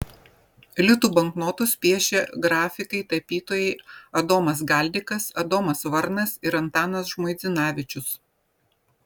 litų banknotus piešė grafikai tapytojai adomas galdikas adomas varnas ir antanas žmuidzinavičius